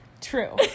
True